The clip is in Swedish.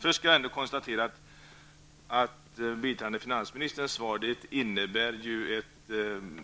Först vill jag konstatera att biträdande finansministern